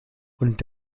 und